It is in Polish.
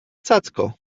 cacko